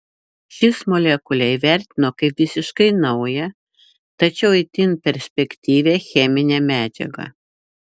šis molekulę įvertino kaip visiškai naują tačiau itin perspektyvią cheminę medžiagą